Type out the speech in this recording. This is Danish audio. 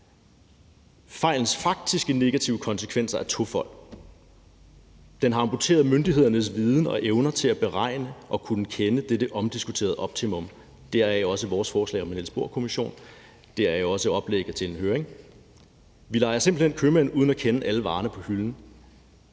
Fejlens faktiske negative konsekvenser er tofold. Den har amputeret myndighedernes viden og evner til at beregne og kunne kende dette omdiskuterede optimum – deraf også vores forslag om en Niels Bohr-kommission, deraf også oplægget til en høring. Vi leger simpelt hen købmænd uden at kende alle varerne på hylden,